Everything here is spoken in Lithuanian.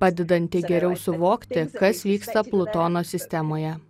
padedanti geriau suvokti kas vyksta plutono sistemoje